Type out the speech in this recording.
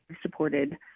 supported